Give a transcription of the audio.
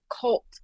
cult